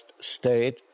state